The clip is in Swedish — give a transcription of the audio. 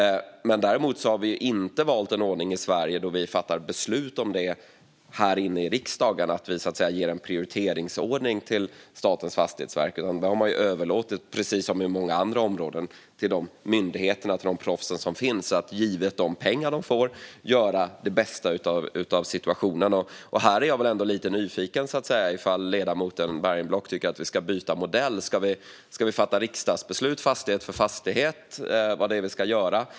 Däremot har vi inte valt en ordning i Sverige där vi fattar beslut i riksdagen om att ge en prioriteringsordning till Statens fastighetsverk. Dessa beslut har överlåtits, precis som på många andra områden, till de myndigheter och proffs som finns att givet de pengar de får göra det bästa av situationen. Här är jag lite nyfiken på om ledamoten Bergenblock tycker att vi ska byta modell. Ska riksdagen fatta beslut fastighet för fastighet om vad som ska göras?